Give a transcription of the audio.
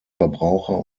verbraucher